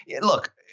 look